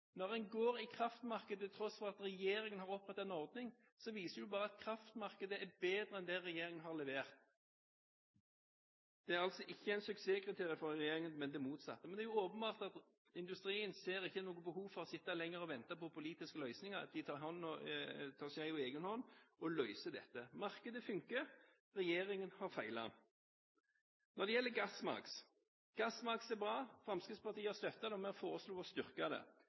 Når en går i kraftmarkedet til tross for at regjeringen har åpnet en ordning, viser det bare at kraftmarkedet er bedre enn det regjeringen har levert. Det er ikke et suksesskriterium for regjeringen, men det motsatte. Men det er åpenbart at industrien ikke ser noe behov for å sitte lenger og vente på politiske løsninger. De tar skjeen i sin egen hånd, og løser dette. Markedet fungerer, og regjeringen har feilet. Når det gjelder GASSMAKS, er det bra. Fremskrittspartiet har støttet det, og vi foreslo å styrke det.